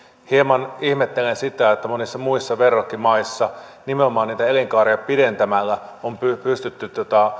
hieman ihmettelen sitä kun monissa verrokkimaissa nimenomaan niitä elinkaaria pidentämällä on pystytty